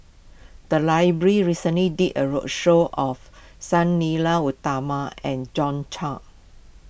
the library recently did a roadshow of Sang Nila Utama and John